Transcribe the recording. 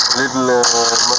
little